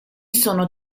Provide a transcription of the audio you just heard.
sono